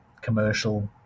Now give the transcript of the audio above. commercial